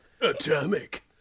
Atomic